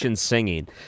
singing